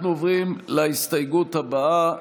אנחנו עוברים להסתייגות הבאה,